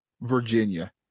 Virginia